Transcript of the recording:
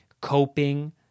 coping